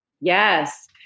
Yes